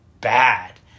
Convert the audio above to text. bad